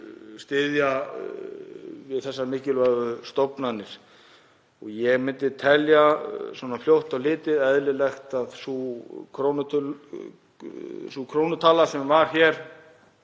styðja við þessar mikilvægu stofnanir. Ég myndi telja svona fljótt á litið eðlilegt að krónutalan sem gilti